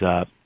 up